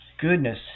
Goodness